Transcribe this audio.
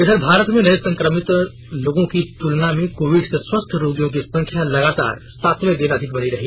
इधर भारत में नए संक्रमित लोगों की तुलना में कोविड से स्वस्थ रोगियों की संख्या लगातार सातवें दिन अधिक बनी रही